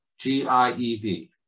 GIEV